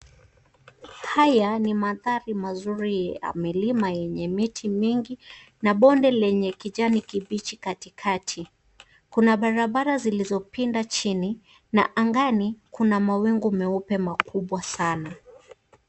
Haya ni mandhari mazuri ya milima yenye miti mingi na bonde lenye kijani kibichi katikati. Kuna barabara zilizopinda chini na angani kuna mawingu meupe makubwa sana.